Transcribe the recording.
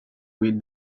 wait